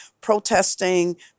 protesting